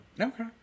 Okay